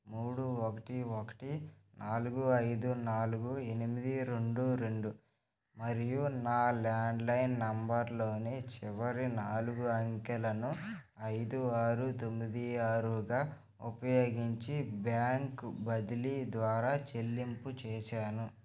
మూడు ఒకటి ఒకటి నాలుగు ఐదు నాలుగు ఎనిమిది రెండు రెండు మరియు నా ల్యాండ్లైన్ నెంబర్లోని చివరి నాలుగు అంకెలను ఐదు ఆరు తొమ్మిది ఆరుగా ఉపయోగించి బ్యాంకు బదిలీ ద్వారా చెల్లింపు చేశాను